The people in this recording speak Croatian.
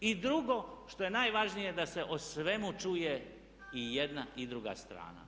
I drugo što je najvažnije da se o svemu čuje i jedna i druga strana.